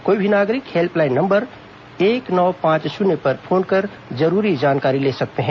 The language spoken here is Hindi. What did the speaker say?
कोई भी नागरिक हेल्पलाइन नंबर एक नौ पांच शुन्य पर फोन कर जरूरी जानकारी ले सकते हैं